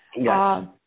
Yes